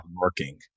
working